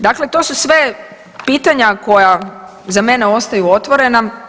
Dakle, to su sve pitanja koja za mene ostaju otvorena.